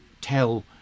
tell